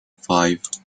five